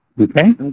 Okay